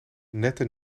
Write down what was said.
nette